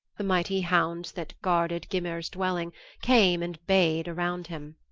the mighty hounds that guarded gymer's dwelling came and bayed around him.